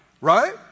Right